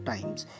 Times